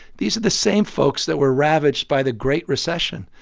these are the same folks that were ravaged by the great recession.